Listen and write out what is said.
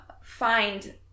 find